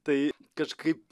tai kažkaip